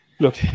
Look